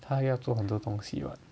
他要做很多东西 [what]